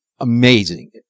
amazing